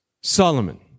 Solomon